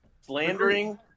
slandering